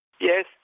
Yes